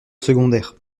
secondaire